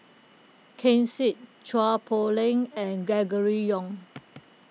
Ken Seet Chua Poh Leng and Gregory Yong